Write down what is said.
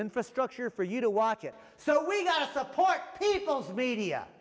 infrastructure for you to watch it so we support people's media